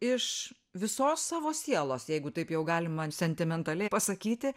iš visos savo sielos jeigu taip jau galima sentimentaliai pasakyti